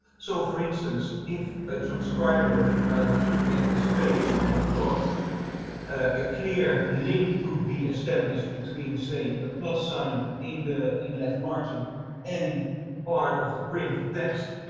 so for instance, if a transcriber was looking at this page and thought a clear link could be established between say a plus sign in the in the left margin and part of the printed text,